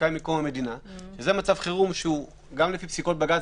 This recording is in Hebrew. שקיים מקום המדינה וזה מצב חירום שגם לפי פסיקות בג"ץ